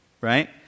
right